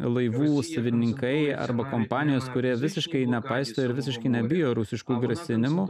laivų savininkai arba kompanijos kurie visiškai nepaiso ir visiškai nebijo rusiškų grasinimų